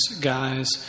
guys